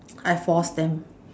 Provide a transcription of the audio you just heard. I force them